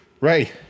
ray